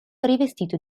rivestito